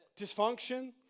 dysfunction